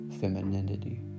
femininity